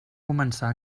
començar